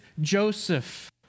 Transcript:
Joseph